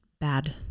bad